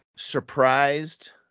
Surprised